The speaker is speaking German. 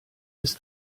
ist